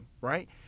right